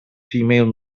female